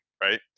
Right